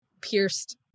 pierced